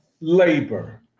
labor